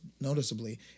noticeably